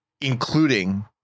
Including